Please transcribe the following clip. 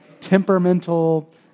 temperamental